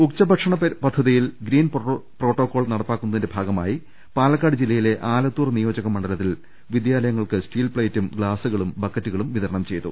ഉച്ചഭക്ഷണ പദ്ധതിയിൽ green protocol നടപ്പാക്കുന്ന തിന്റെ ഭാഗമായി പാലക്കാട് ജില്ലയിലെ ആലത്തൂർ നിയോജക മണ്ഡ ലത്തിൽ വിദ്യാലയങ്ങൾക്ക് സ്റ്റീൽ പ്ളേറ്റും ഗ്ലാസുകളും ബക്കറ്റു കളും വിതരണം ചെയ്തു